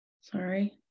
sorry